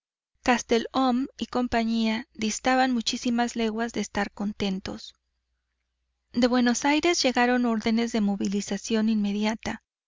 castelhum y cía distaban muchísimas leguas de estar contentos de buenos aires llegaron órdenes de movilización inmediata